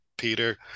Peter